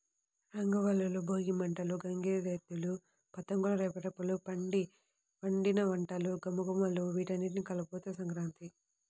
రంగవల్లులు, భోగి మంటలు, గంగిరెద్దులు, పతంగుల రెపరెపలు, పిండివంటల ఘుమఘుమలు వీటన్నింటి కలబోతే సంక్రాంతి